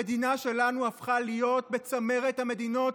המדינה שלנו הפכה להיות בצמרת המדינות